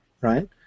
right